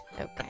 Okay